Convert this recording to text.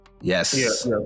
Yes